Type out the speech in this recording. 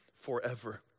forever